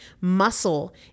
Muscle